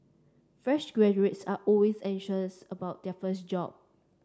fresh graduates are always anxious about their first job